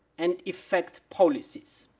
and effect policies.